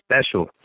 special